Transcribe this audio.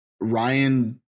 Ryan